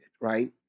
right